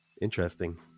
interesting